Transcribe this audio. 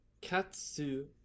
Katsu